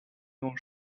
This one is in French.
grand